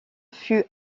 fut